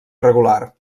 regular